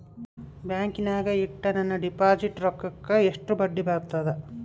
ಬ್ಯಾಂಕಿನಾಗ ಇಟ್ಟ ನನ್ನ ಡಿಪಾಸಿಟ್ ರೊಕ್ಕಕ್ಕ ಎಷ್ಟು ಬಡ್ಡಿ ಬರ್ತದ?